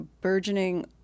burgeoning